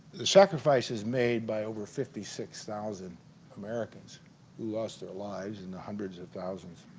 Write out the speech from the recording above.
the sacrifices made by over fifty six thousand americans who lost their lives in the hundreds of thousands